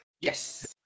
Yes